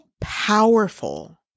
powerful